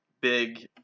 big